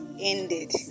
ended